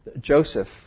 Joseph